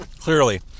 Clearly